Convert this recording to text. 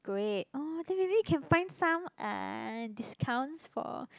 great orh then maybe can find some uh discounts for